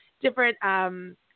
different